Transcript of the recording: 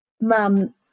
mum